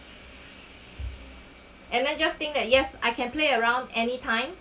and I just think that yes I can play around any time